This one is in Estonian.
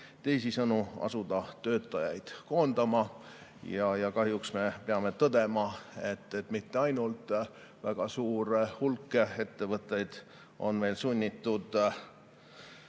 teisisõnu, asuda töötajaid koondama. Kahjuks me peame tõdema, et mitte ainult [koondama]. Väga suur hulk ettevõtteid on meil sunnitud